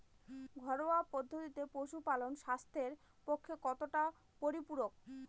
ঘরোয়া পদ্ধতিতে পশুপালন স্বাস্থ্যের পক্ষে কতটা পরিপূরক?